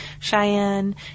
Cheyenne